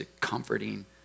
comforting